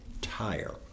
tire